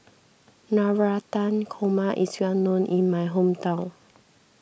Navratan Korma is well known in my hometown